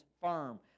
firm